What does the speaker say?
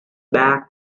bags